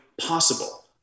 possible